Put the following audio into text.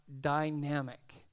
dynamic